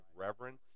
reverence